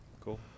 Cool